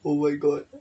oh my god